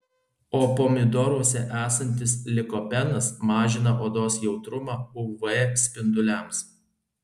o pomidoruose esantis likopenas mažina odos jautrumą uv spinduliams